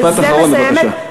משפט אחרון, בבקשה.